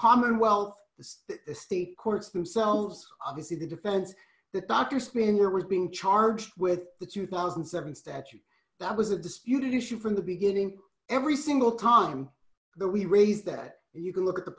commonwealth the state d courts themselves obviously the defense that dr spin your was being charged with the two thousand and seven statute that was a disputed issue from the beginning every single time that we raised that you can look at the